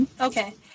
Okay